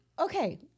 Okay